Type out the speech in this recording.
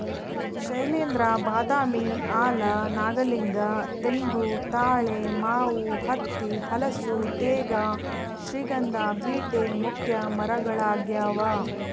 ಶೈಲೇಂದ್ರ ಬಾದಾಮಿ ಆಲ ನಾಗಲಿಂಗ ತೆಂಗು ತಾಳೆ ಮಾವು ಹತ್ತಿ ಹಲಸು ತೇಗ ಶ್ರೀಗಂಧ ಬೀಟೆ ಮುಖ್ಯ ಮರಗಳಾಗ್ಯಾವ